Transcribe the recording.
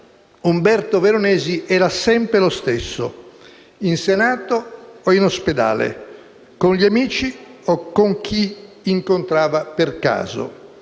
Umberto Veronesi era sempre lo stesso, in Senato o in ospedale, con gli amici o con chi incontrava per caso